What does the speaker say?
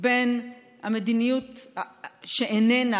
בין המדיניות שאיננה,